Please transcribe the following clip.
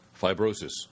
fibrosis